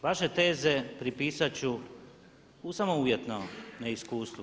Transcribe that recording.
Vaše teze pripisat ću samo uvjetno neiskustvu.